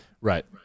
right